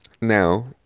now